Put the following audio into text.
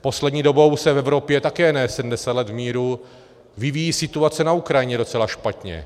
Poslední dobou se v Evropě, také ne 70 let v míru, vyvíjí situace na Ukrajině docela špatně.